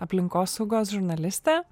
aplinkosaugos žurnalistė